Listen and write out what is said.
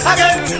Again